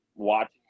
Watch